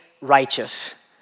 righteous